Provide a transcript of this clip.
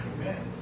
Amen